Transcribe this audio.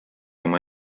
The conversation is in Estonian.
oma